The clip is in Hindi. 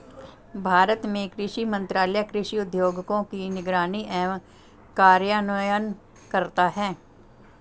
भारत में कृषि मंत्रालय कृषि उद्योगों की निगरानी एवं कार्यान्वयन करता है